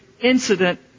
incident